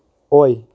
ꯑꯣꯏ